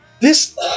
This-